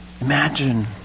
Imagine